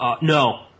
No